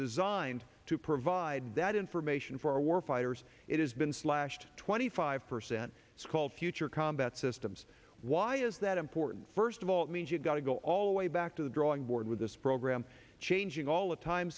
designed to provide that information for a war fighters it has been slashed twenty five percent it's called future combat systems why is that important first of all it means you've got to go all the way back to the drawing board with this program changing all the time